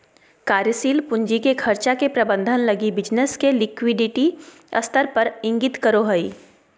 कार्यशील पूंजी के खर्चा के प्रबंधन लगी बिज़नेस के लिक्विडिटी स्तर के इंगित करो हइ